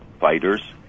fighters